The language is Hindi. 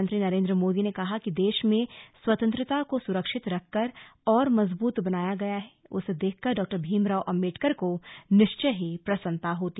प्रधानमंत्री नरेन्द्र मोदी ने कहा कि देश में स्वतंत्रता को सुरक्षित रखकर और मजबूत बनाया गया है उसे देखकर डॉ भीमराव अम्बेडकर को निश्चय ही प्रसन्नता होती